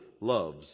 loves